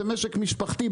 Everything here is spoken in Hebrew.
זה משק משפחתי,